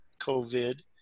covid